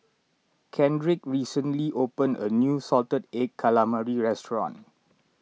Kendrick recently opened a new Salted Egg Calamari restaurant